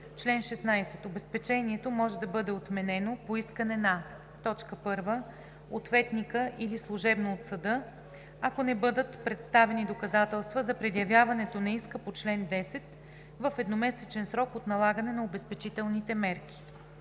Чл. 16. Обезпечението може да бъде отменено по искане на: 1. ответника или служебно от съда, ако не бъдат представени доказателства за предявяването на иска по чл. 10 в едномесечен срок от налагане на обезпечителните мерки;